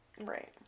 Right